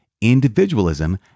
individualism